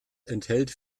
enthält